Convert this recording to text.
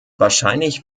wahrscheinlich